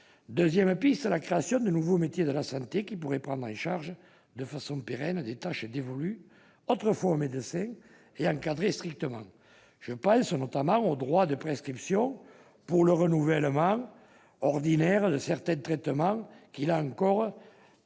seconde piste est la création de nouveaux métiers de la santé qui pourraient prendre en charge de façon pérenne des tâches dévolues autrefois aux médecins et encadrées strictement. Je pense notamment au droit de prescription pour le renouvellement ordinaire de certains traitements qui, là encore,